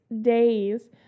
days